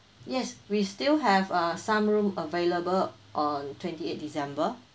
yes we still have uh some room available on twenty eight december